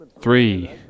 three